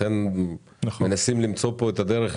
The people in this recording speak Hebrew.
לכן מנסים למצוא כאן את הדרך לפקח.